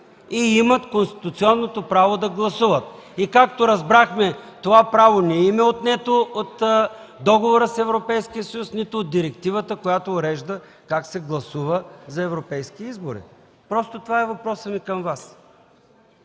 и имат конституционното право да гласуват? Както разбрахме това право не им е отнето от договора с Европейския съюз, нито от директивата, която урежда как се гласува за европейски избори. Това е въпросът ми към Вас.